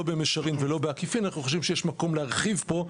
לא במישרין ולא בעקיפין" אנחנו חושבים שיש מקום להרחיב פה,